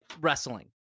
wrestling